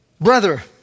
Brother